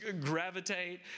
gravitate